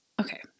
okay